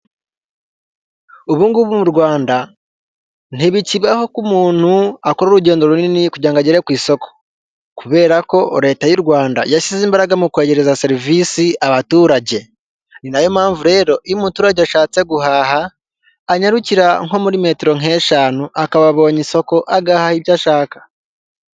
Ubungubu mu Rwanda ntibikibaho ko umuntu akora urugendo runini kugirango agere ku isoko, kubera ko leta y'u Rwanda yashyize imbaraga mu kwehegereza serivisi abaturage. Ni nayo mpamvu rero iyo umuturage ashatse guhaha, anyarukira nko muri metero nk'eshanu akaba abonye isoko agaha ibyo ashaka.